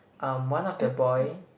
um one of the boy